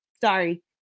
Sorry